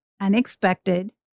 unexpected